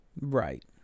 Right